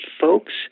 folks